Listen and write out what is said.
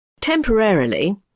Temporarily